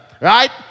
Right